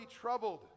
troubled